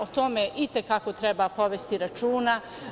O tome i te kako treba povesti računa.